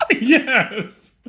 Yes